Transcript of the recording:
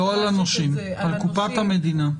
לא על הנושים, על קופת המדינה.